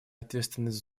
ответственность